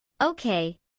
Okay